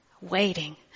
waiting